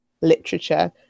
literature